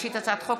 אפשר בשבוע.